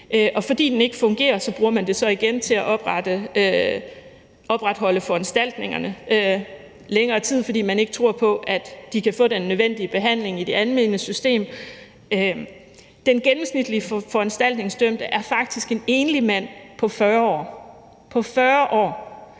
og da den ikke fungerer, bruger man det så igen til at opretholde foranstaltningerne i længere tid, fordi man ikke tror på, at de kan få den nødvendige behandling i det almindelige system. Den gennemsnitlige foranstaltningsdømte er faktisk en enlig mand på 40 år, så der